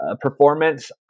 performance